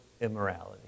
immorality